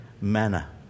manner